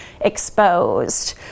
exposed